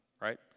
right